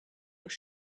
your